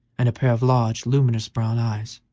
and a pair of large, luminous brown eyes,